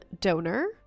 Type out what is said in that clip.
Donor